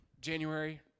January